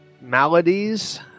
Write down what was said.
maladies